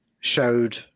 showed